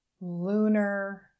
lunar